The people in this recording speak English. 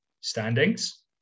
standings